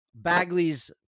Bagley's